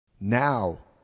Now